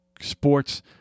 sports